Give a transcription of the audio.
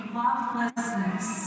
lovelessness